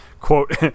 quote